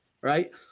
right